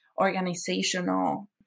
organizational